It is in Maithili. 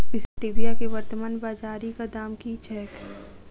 स्टीबिया केँ वर्तमान बाजारीक दाम की छैक?